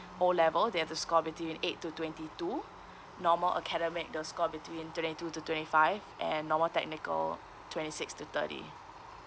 O level they have to score between eight to twenty two normal academic they'll score between twenty two to twenty five and normal technical twenty six to thirty